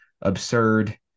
absurd